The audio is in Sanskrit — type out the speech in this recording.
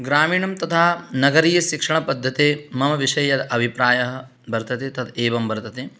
ग्रामीणं तथा नगरीय शिक्षणपद्धते मम विषये अभिप्रायः वर्तते तत् एवं वर्तते